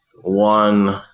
One